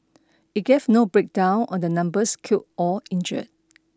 it gave no breakdown on the numbers killed or injured